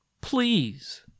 Please